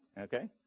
Okay